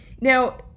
Now